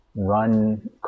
run